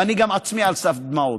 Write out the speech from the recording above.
וגם אני עצמי על סף דמעות.